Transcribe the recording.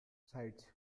sides